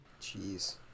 Jeez